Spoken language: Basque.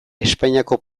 espainiako